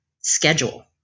schedule